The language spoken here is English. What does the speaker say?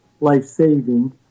life-saving